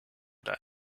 oder